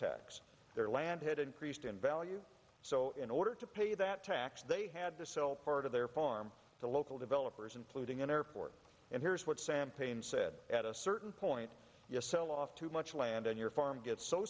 tax their land had increased in value so in order to pay that tax they had to sell part of their farm to local developers including an airport and here's what sam payne said at a certain point sell off too much land on your farm get so